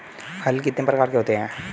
हल कितने प्रकार के होते हैं?